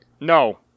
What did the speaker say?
No